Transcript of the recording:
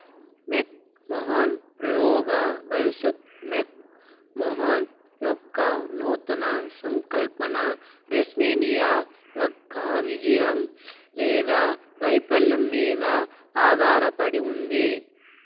మెక్ మొహాన్ ప్రయోగ భవిష్యత్తు మెక్ మొహాన్ యొక్క నూతన సంకల్పన రెస్మేనియా యొక్క విజయం లేదా వైఫల్యం మీద ఆధారపడి ఉంది